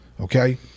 Okay